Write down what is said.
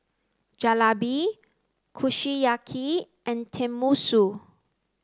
Jalebi Kushiyaki and Tenmusu